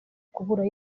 kuba